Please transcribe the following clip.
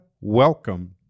welcome